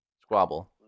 Squabble